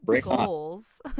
goals